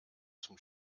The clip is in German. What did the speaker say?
zum